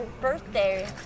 birthday